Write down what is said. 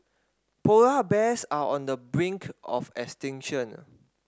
polar bears are on the brink of extinction